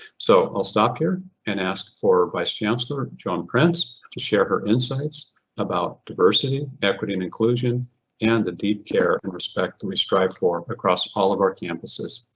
so i'll stop here and ask for vice chancellor, joan prince to share her insights about diversity, equity and inclusion and the deep care and respect we strive for across all of our campuses,